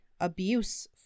abuse